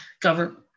government